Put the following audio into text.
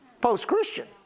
Post-Christian